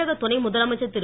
தமிழக துணைமுதலமைச்சர் திரு